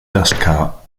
dustcart